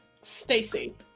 Stacy